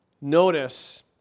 Notice